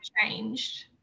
changed